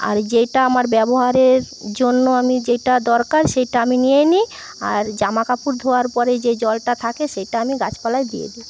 আর যেইটা আমার ব্যবহারের জন্য আমি যেটা দরকার সেটা আমি নিয়ে নিই আর জামা কাপড় ধোওয়ার পরে যে জলটা থাকে সেটা আমি গাছ পালায় দিয়ে দিই